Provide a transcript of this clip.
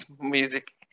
music